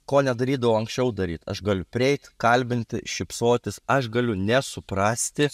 ko nedarydavau anksčiau daryt aš galiu prieit kalbinti šypsotis aš galiu nesuprasti